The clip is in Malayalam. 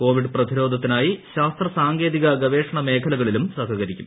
കോവിഡ് പ്രതിരോധത്തിനായി ശാസ്ത്ര സാങ്കേതിക ഗവേഷണ മേഖലകളിലും സഹകരിക്കും